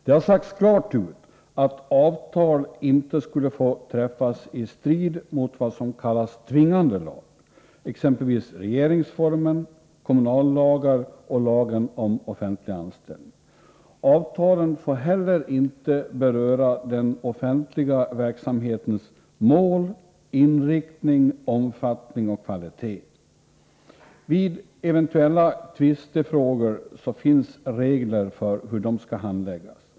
Det har sagts klart ut att avtal inte skulle få träffas i strid mot vad som kallas tvingande lag, exempelvis regeringsformen, kommunallagar och lagen om offentlig anställning. Avtalen får inte heller beröra den offentliga verksamhetens mål, inriktning, omfattning och kvalitet. Vid eventuella tvistefrågor finns regler för hur de skall handläggas.